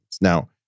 Now